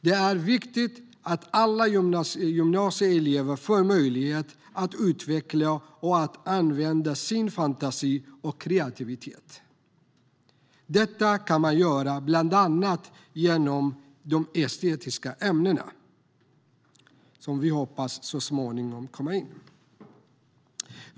Det är viktigt att alla gymnasieelever får möjlighet att utveckla och använda sin fantasi och kreativitet. Detta kan man göra bland annat genom de estetiska ämnena, som vi hoppas så småningom kommer in.